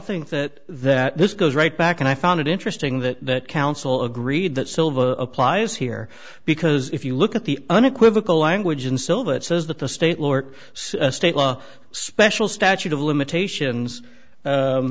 think that that this goes right back and i found it interesting that counsel agreed that silver applies here because if you look at the unequivocal language and still that says that the state law or state law special statute of limitations